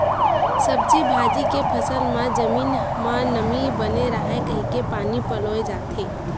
सब्जी भाजी के फसल म जमीन म नमी बने राहय कहिके पानी पलोए जाथे